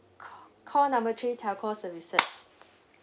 call number three telco services